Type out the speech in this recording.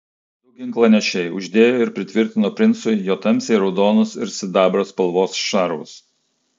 du ginklanešiai uždėjo ir pritvirtino princui jo tamsiai raudonus ir sidabro spalvos šarvus